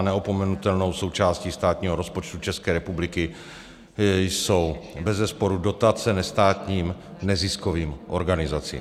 Neopomenutelnou součástí státního rozpočtu České republiky jsou bezesporu dotace nestátním neziskovým organizacím.